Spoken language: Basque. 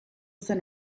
zen